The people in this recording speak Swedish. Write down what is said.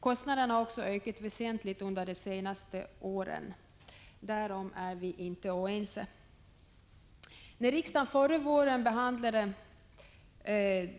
Kostnaderna har också ökat väsentligt under de senaste åren. Därom är vi inte oense. När riksdagen förra våren diskuterade